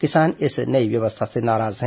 किसान इस नई व्यवस्था से नाराज है